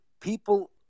people